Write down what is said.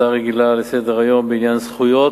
הצעה רגילה לסדר-היום בעניין זכויות